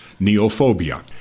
neophobia